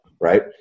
Right